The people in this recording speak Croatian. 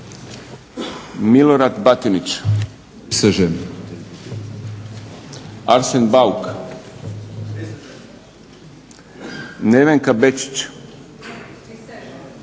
Milorad Batinić, Arsen Bauk, Nevenka Bečić,